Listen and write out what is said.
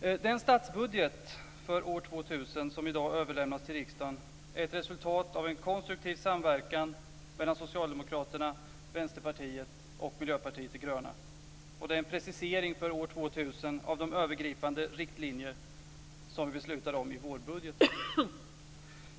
Den statsbudget för år 2000 som i dag överlämnas till riksdagen är ett resultat av en konstruktiv samverkan mellan Socialdemokraterna, Vänsterpartiet och Miljöpartiet de gröna. Den är en precisering för år 2000 av de övergripande riktlinjer som vi beslutade om i vårbudgeten.